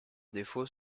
défaut